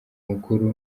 mukuru